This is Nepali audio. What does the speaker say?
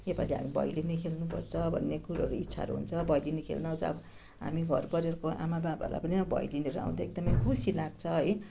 यो पालि हामी भैलेनी खेल्नुपर्छ भन्ने कुरोहरू इच्छाहरू हुन्छ भैलेनी खेल्न चाहिँ अब हामी घरपरिवारको आमाबाबालाई पनि अब भैलेनीहरू आउँदा एकदमै खुसी लाग्छ है